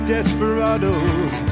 Desperados